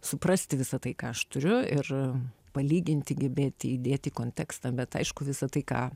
suprasti visą tai ką aš turiu ir palyginti gebėti įdėti į kontekstą bet aišku visa tai ką